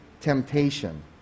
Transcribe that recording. temptation